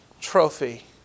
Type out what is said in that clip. trophy